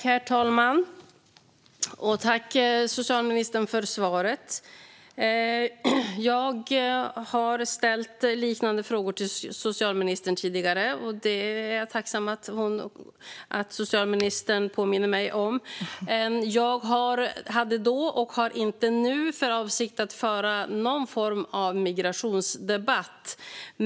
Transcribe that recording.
Herr talman! Tack, socialministern, för svaret! Jag har ställt liknande frågor till socialministern tidigare, och jag är tacksam över att hon påminner mig om det. Jag hade inte då och inte heller nu för avsikt att föra någon form av migrationsdebatt.